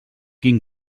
quin